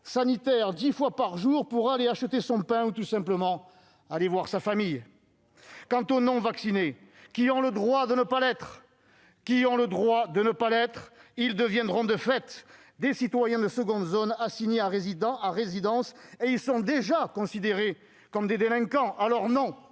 sanitaire dix fois par jour pour aller acheter son pain ou, tout simplement, voir sa famille. Quant aux non-vaccinés, qui ont le droit de ne pas l'être- j'y insiste -, ils deviendront de fait des citoyens de seconde zone, assignés à résidence. Ils sont d'ailleurs déjà considérés comme des délinquants. Alors non,